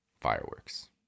fireworks